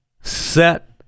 set